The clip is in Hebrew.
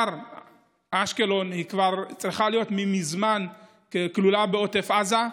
אשקלון צריכה להיות כבר מזמן כלולה בעוטף עזה.